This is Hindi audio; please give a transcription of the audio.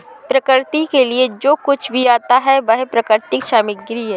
प्रकृति के लिए जो कुछ भी आता है वह प्राकृतिक सामग्री है